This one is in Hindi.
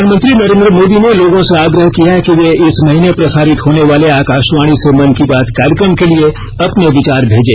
प्रधानमंत्री नरेन्द्र मोदी ने लोगों से आग्रह किया है कि वे इस महीने प्रसारित होने वाले आकाशवाणी से मन की बात कार्यक्रम के लिए अपने विचार भेजें